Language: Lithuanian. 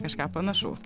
kažką panašaus